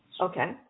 Okay